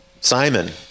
Simon